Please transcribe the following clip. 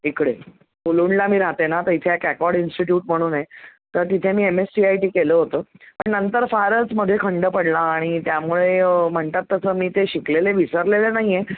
इकडे मुलुंडला मी राहते ना तर इथे एक एकॉड इंस्टिट्यूट म्हणून आहे तर तिथे मी M S C I T केलं होतं पण नंतर फारच मध्ये खंड पडला आणि त्यामुळे म्हणतात तसं मी ते शिकलेले विसरलेले नाही आहे